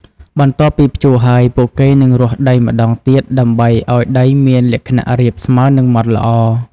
បន្ទាប់ពីភ្ជួរហើយ ពួកគេនឹងរាស់ដីម្តងទៀតដើម្បីឱ្យដីមានលក្ខណៈរាបស្មើនិងម៉ដ្ឋល្អ។